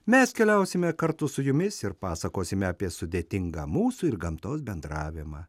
mes keliausime kartu su jumis ir pasakosime apie sudėtingą mūsų ir gamtos bendravimą